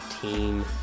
team